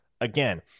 again